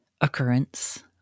occurrence